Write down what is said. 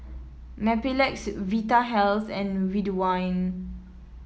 Mepilex Vitahealth and Ridwind